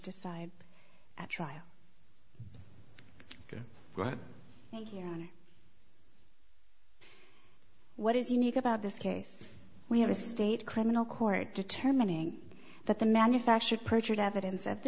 decide at trial right thank you on what is unique about this case we have a state criminal court determining that the manufactured perjured evidence that the